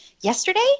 yesterday